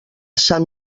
sant